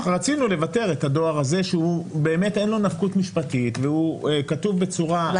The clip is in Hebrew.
רצינו לוותר את הדואר הזה שבאמת אין לו נפקות משפטית וכתוב בצורה לא,